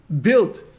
built